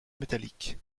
métallique